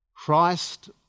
Christ